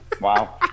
Wow